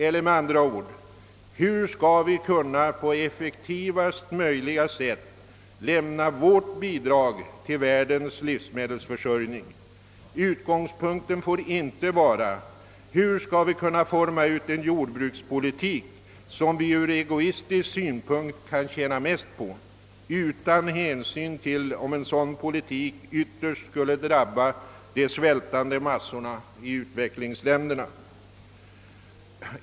Eller med andra ord: Hur skall vi kunna på effektivast möjliga sätt lämna vårt bidrag till världens livsmedelsförsörjning? Utgångspunkten får inte vara hur vi skall kunna utforma en jordbrukspolitik som vi ur egoistisk synpunkt sett kan tjäna mest på, utan hänsyn till om en sådan politik ytterst skulle drabba de svältande massorna i utvecklingsländerna.